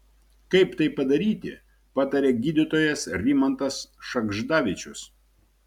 kaip tai padaryti pataria gydytojas rimantas šagždavičius